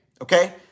okay